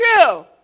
true